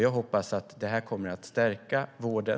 Jag hoppas att detta kommer att stärka vården.